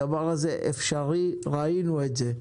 הדבר הזה אפשרי, ראינו את זה.